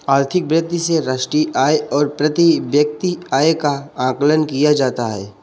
आर्थिक वृद्धि से राष्ट्रीय आय और प्रति व्यक्ति आय का आकलन किया जाता है